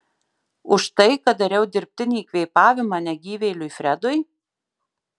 už tai kad dariau dirbtinį kvėpavimą negyvėliui fredui